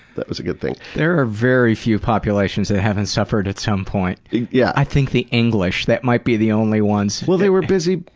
that was a good thing. there are very few populations that haven't suffered at some point. yeah i think the english, they might be the only ones. well, they were busy,